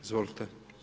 Izvolite.